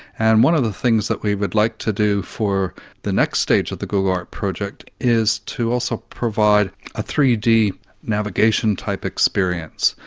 and one of the things that we would like to do for the next stage of the google art project is to also provide a three d navigation type experience,